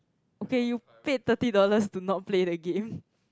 okay you paid thirty dollars to not play the game